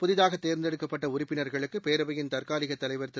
புதிதாக தேர்ந்தெடுக்கப்பட்ட உறுப்பினர்களுக்கு பேரவையின் தற்காலிக தலைவர் திரு